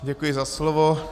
Děkuji za slovo.